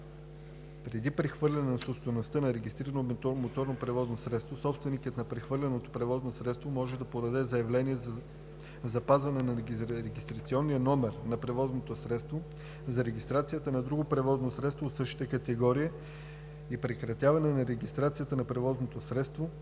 Преди прехвърляне на собствеността на регистрирано моторно превозно средство собственикът на прехвърляното превозно средство може да подаде заявление за запазване на регистрационния номер на превозното средство за регистрацията на друго превозно средство от същата категория и прекратяване на регистрацията на превозното средство,